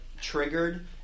triggered